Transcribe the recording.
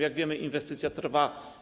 Jak wiemy, inwestycja trwa.